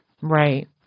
Right